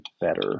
better